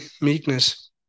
meekness